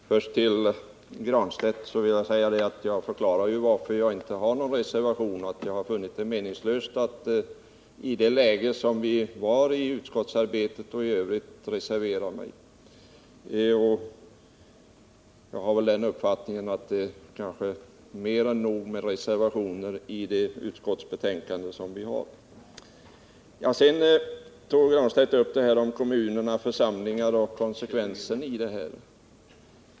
Herr talman! Till Pär Granstedt vill jag säga att jag ju redan har förklarat varför jag inte har någon reservation — jag har i det läge som vi var i i utskottsarbetet och i övrigt funnit det meningslöst att reservera mig. Jag har den uppfattningen att det kanske finns mer än nog av reservationer i det föreliggande utskottsbetänkandet. Sedan tog Pär Granstedt upp detta om kommuner och församlingar och talade om konsekvenser.